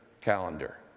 calendar